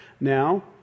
now